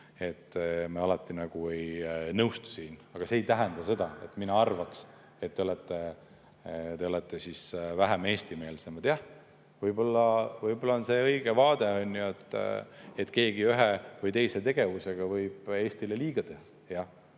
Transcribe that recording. et me alati siin [kõiges] ei nõustu. Aga see ei tähenda seda, et mina arvaks, et te olete vähem eestimeelsed. Jah, võib-olla on see õige vaade, et keegi ühe või teise tegevusega võib Eestile liiga teha. Jah,